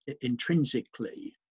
intrinsically